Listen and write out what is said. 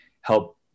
help